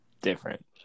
different